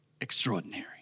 extraordinary